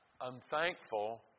unthankful